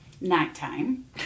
nighttime